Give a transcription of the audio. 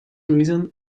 reason